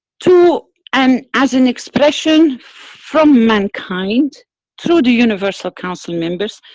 to and as an expression from mankind through the universal council members,